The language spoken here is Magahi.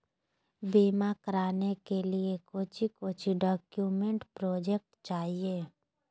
बीमा कराने के लिए कोच्चि कोच्चि डॉक्यूमेंट प्रोजेक्ट चाहिए?